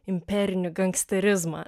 imperinį gangsterizmą